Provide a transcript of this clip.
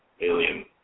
Alien